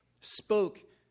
spoke